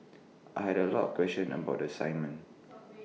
I had A lot of questions about the assignment